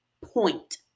point